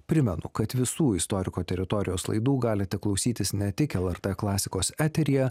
primenu kad visų istoriko teritorijos laidų galite klausytis ne tik lrt klasikos eteryje